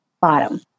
bottom